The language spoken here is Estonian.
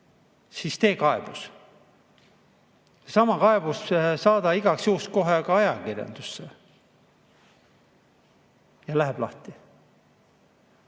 siis tee kaebus, sama kaebus saada igaks juhuks kohe ka ajakirjandusse. Ja läheb lahti.